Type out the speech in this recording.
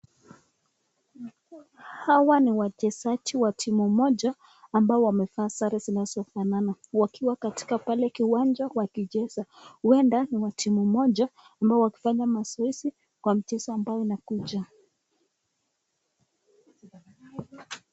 Hawa ni wachezaji wa timu moja ambao wamevaa sare zinazofanana wakiwa katika pale kiwanja wakicheza huenda ni wa timu moja ambao wakifanya mazoezi kwa michezo ambayo inakuja.